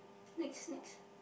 next next